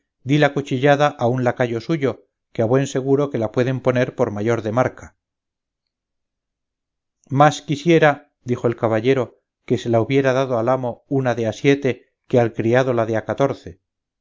di la cuchillada a un lacayo suyo que a buen seguro que la pueden poner por mayor de marca más quisiera dijo el caballero que se la hubiera dado al amo una de a siete que al criado la de a catorce